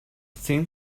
thin